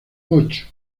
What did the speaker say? ocho